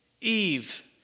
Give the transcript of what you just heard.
Eve